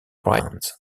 private